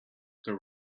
there